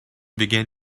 began